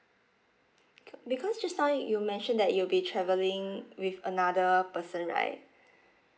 because just now you mentioned that you'll be travelling with another person right